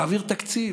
להעביר תקציב?